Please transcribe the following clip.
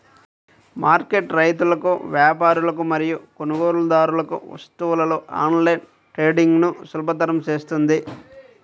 market రైతులకు, వ్యాపారులకు మరియు కొనుగోలుదారులకు వస్తువులలో ఆన్లైన్ ట్రేడింగ్ను సులభతరం చేస్తుంది